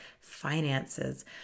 finances